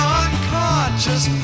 unconscious